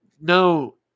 no